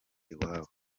iwabo